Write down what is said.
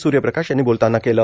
सूर्यप्रकाश यांनी बोलतांना केलं